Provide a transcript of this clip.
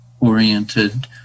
oriented